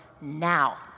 now